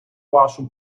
вашу